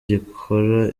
gikora